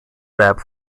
wrap